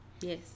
Yes